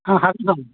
অঁ সাতজন